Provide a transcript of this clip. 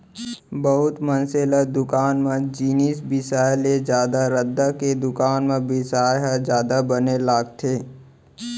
बहुत मनसे ल दुकान म जिनिस बिसाय ले जादा रद्दा के दुकान म बिसाय ह जादा बने लागथे